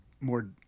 more